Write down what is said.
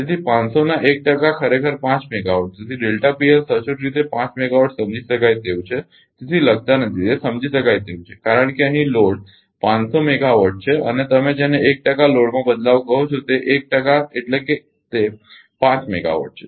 તેથી 500 ના 1 ટકા ખરેખર 5 મેગાવોટ તેથી સચોટ રીતે 5 મેગાવાટ સમજી શકાય તેવું છે તેથી લખતા નથી તે સમજી શકાય તેવું છે કારણ કે અહીં લોડ 500 મેગાવોટ છે અને તમે જેને 1 ટકા લોડમાં બદલાવ કહો છો તે 1 ટકા એટલે કે તે 5 મેગાવોટ છે